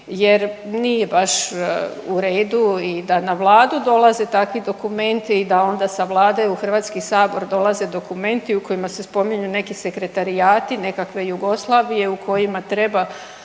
jer nije baš u redu i da na Vladu dolaze takvi dokumenti i da onda sa Vlade u Hrvatski sabor dolaze dokumenti u kojima se spominju nekakvi sekretarijati, nekakve Jugoslavije, u kojima treba